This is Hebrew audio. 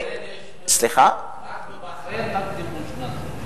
רק בבחריין יש תקציב דו-שנתי.